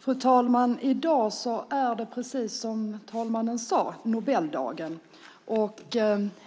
Fru talman! I dag är det, precis som andre vice talmannen sade, Nobeldagen, och